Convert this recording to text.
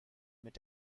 mit